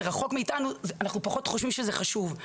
רחוק מאיתנו אנחנו פחות חושבים שזה חשוב.